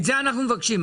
את זה אנחנו מבקשים.